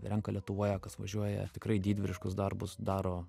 renka lietuvoje kas važiuoja tikrai didvyriškus darbus daro